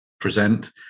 Present